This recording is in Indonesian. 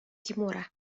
kimura